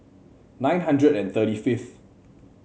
nine hundred and thirty fifth